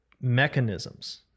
mechanisms